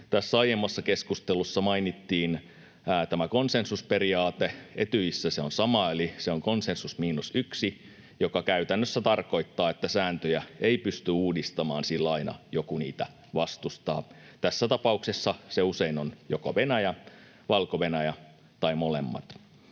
Aiemmassa keskustelussa mainittiin tämä konsensusperiaate. Etyjissä se on sama, eli se on konsensus miinus yksi, joka käytännössä tarkoittaa, että sääntöjä ei pysty uudistamaan, sillä aina joku niitä vastustaa. Tässä tapauksessa se on usein joko Venäjä tai Valko-Venäjä tai molemmat.